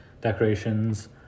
decorations